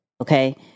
okay